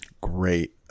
Great